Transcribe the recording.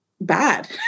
bad